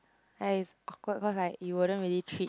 I've awkward cause like you wouldn't really treat